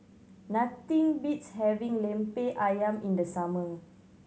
nothing beats having Lemper Ayam in the summer